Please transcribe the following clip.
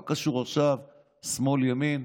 לא קשור עכשיו שמאל ימין,